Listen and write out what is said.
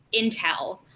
Intel